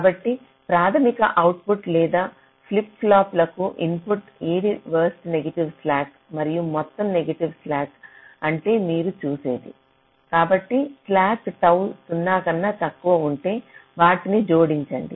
కాబట్టి ప్రాధమిక అవుట్పుట్లు లేదా ఫ్లిప్ ఫ్లాప్ లకు ఇన్పుట్ ఏది వరస్ట్ నెగిటివ్ స్లాక్ మరియు మొత్తం నెగటివ్ స్లాక్ అంటే మీరు చూసేది కాబట్టి ఏ స్లాక్ టౌ 0 కన్నా తక్కువ ఉంటే వాటిని జోడించండి